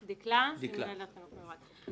דאנה, אימא לילדה בחינוך מיוחד.